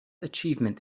achievement